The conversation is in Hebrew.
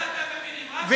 רק ככה אתם מבינים, רק בכוח.